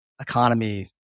economy